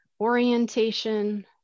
orientation